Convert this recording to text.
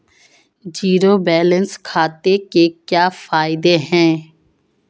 Zero balance खाते के क्या फायदे हैं?